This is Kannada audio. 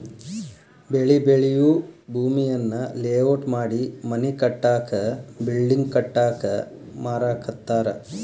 ಬೆಳಿ ಬೆಳಿಯೂ ಭೂಮಿಯನ್ನ ಲೇಔಟ್ ಮಾಡಿ ಮನಿ ಕಟ್ಟಾಕ ಬಿಲ್ಡಿಂಗ್ ಕಟ್ಟಾಕ ಮಾರಾಕತ್ತಾರ